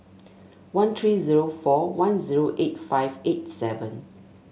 one three zero four one zero eight five eight seven